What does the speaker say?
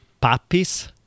puppies